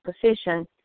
position